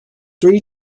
three